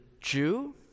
Jew